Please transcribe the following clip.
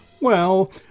Well